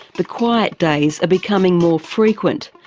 the quiet days are becoming more frequent.